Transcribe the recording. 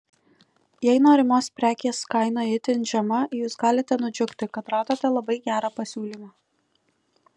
jei norimos prekės kaina itin žema jūs galite nudžiugti kad radote labai gerą pasiūlymą